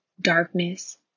darkness